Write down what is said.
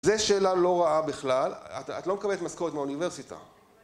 זה שאלה לא רעה בכלל, את לא מקבלת משכורת מהאוניברסיטה